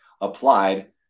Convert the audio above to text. applied